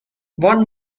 one